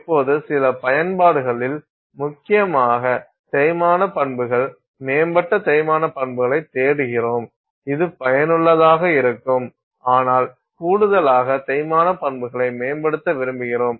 இப்போது சில பயன்பாடுகளில் முக்கியமாக தேய்மான பண்புகள் மேம்பட்ட தேய்மான பண்புகளைத் தேடுகிறோம் இது பயனுள்ளதாக இருக்கும் ஆனால் கூடுதலாக தேய்மான பண்புகளை மேம்படுத்த விரும்புகிறோம்